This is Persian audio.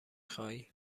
خوایی